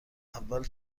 اول